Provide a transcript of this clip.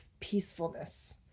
peacefulness